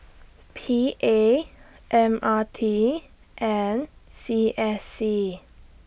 P A M R T and C S C